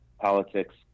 politics